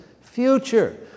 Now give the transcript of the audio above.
future